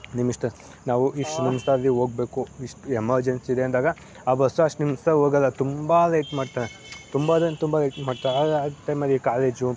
ನಿಮಿಷ್ದಲ್ಲಿ ನಾವು ಇಷ್ಟು ನಿಮಿಷದಲ್ಲಿ ಹೋಗ್ಬೇಕು ಇಷ್ಟು ಎಮೆರ್ಜೆನ್ಸಿ ಇದೆ ಅಂದಾಗ ಆ ಬಸ್ಸು ಅಷ್ಟು ನಿಮಿಷ್ದಲ್ಲಿ ಹೋಗೋಲ್ಲ ತುಂಬ ಲೇಟ್ ಮಾಡ್ತಾರೆ ತುಂಬ ಅಂದರೆ ತುಂಬ ಲೇಟ್ ಮಾಡ್ತಾರೆ ಆದರೆ ಆ ಟೈಮಲ್ಲಿ ಕಾಲೇಜು